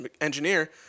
engineer